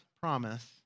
promise